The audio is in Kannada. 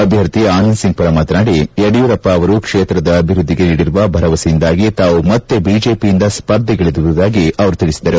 ಅಭ್ಯರ್ಥಿ ಅನಂದ್ ಸಿಂಗ್ ಮಾತನಾಡಿ ಯಡಿಯೂರಪ್ಪ ಅವರು ಕ್ಷೇತ್ರದ ಅಭಿವೃದ್ದಿಗೆ ನೀಡಿರುವ ಭರವಸೆಯಿಂದಾಗಿ ತಾವು ಮತ್ತೆ ಬಿಜೆಪಿಯಿಂದ ಸ್ಪರ್ಧೆಗಿಳಿದಿರುವುದಾಗಿ ತಿಳಿಸಿದರು